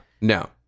no